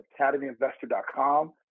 academyinvestor.com